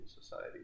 society